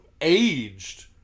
aged